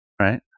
Right